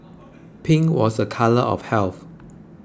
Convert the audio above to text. pink was a colour of health